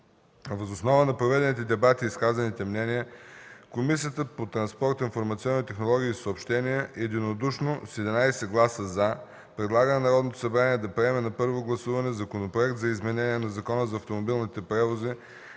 Въз основа на проведените дебати и изказаните мнения Комисията по транспорт, информационни технологии и съобщения единодушно, с 11 гласа „за”, предлага на Народното събрание да приеме на първо гласуване Законопроект за изменение на Закона за автомобилните превози,